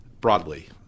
broadly